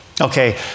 Okay